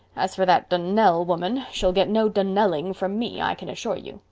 as for that donnell woman, she'll get no donnelling from me, i can assure you.